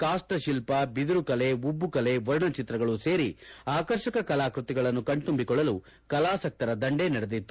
ಕಾಸ್ವ ಶಿಲ್ಪ ಬಿದಿರು ಕಲೆ ಉಬ್ಬು ಕಲೆ ವರ್ಣ ಚಿತ್ರಗಳು ಸೇರಿ ಆಕರ್ಷಕ ಕಲಾಕೃತಿಗಳನ್ನು ಕಣ್ತುಂಬಿಗೊಳ್ಳಲು ಕಲಾಸಕ್ತರ ದಂಡೇ ನೆರೆದಿತ್ತು